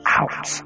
out